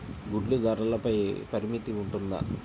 గుడ్లు ధరల పై పరిమితి ఉంటుందా?